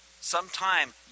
sometime